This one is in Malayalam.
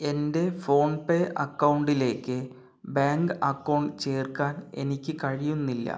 എൻ്റെ ഫോൺപേ അക്കൗണ്ടിലേക്ക് ബാങ്ക് അക്കൗണ്ട് ചേർക്കാൻ എനിക്ക് കഴിയുന്നില്ല